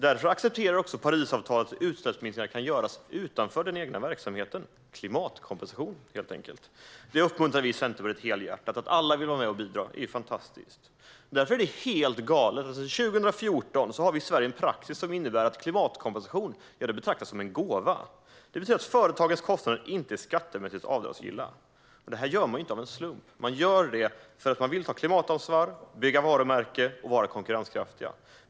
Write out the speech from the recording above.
Därför accepterar också Parisavtalet att utsläppsminskningar kan göras utanför den egna verksamheten - klimatkompensation, helt enkelt. Det uppmuntrar vi i Centerpartiet helhjärtat. Att alla vill vara med och bidra är ju fantastiskt. Därför är det helt galet att vi i Sverige sedan 2014 har en praxis som innebär att klimatkompensation betraktas som en gåva. Det betyder att företagens kostnader inte är skattemässigt avdragsgilla. Det här gör man inte av en slump. Man gör det för att man vill ta klimatansvar, bygga varumärke och vara konkurrenskraftig.